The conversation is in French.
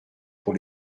pour